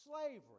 slavery